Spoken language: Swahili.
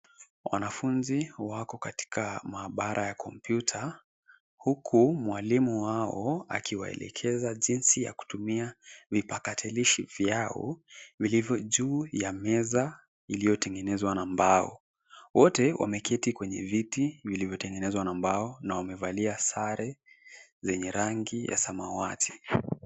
Wanafuzi wako katika mahabara ya kompyuta huku mwalimu wao akiwaelekeza jinsi ya kutumia vipakatalishi vyao vilivyo juu ya meza iliyotegenezwa na mbao. Wote wameketi kwenye viti vilivyotegenezwa na mbao na wamevalia sare zenye rangi ya samawati.